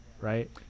Right